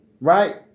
Right